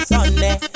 Sunday